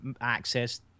access